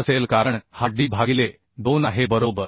असेल कारण हा D भागिले 2 आहे बरोबर